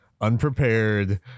unprepared